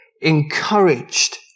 encouraged